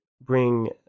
bring